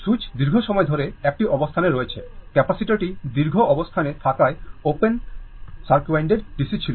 switch দীর্ঘ সময় ধরে একটি অবস্থানে রয়েছে ক্যাপাসিটারটি দীর্ঘ অবস্থানে থাকায় ওপেন সার্কুয়াইটেড DC ছিল